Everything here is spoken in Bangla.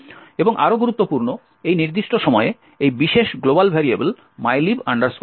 এবং আরও গুরুত্বপূর্ণ এই নির্দিষ্ট সময়ে এই বিশেষ গ্লোবাল ভেরিয়েবল mylib int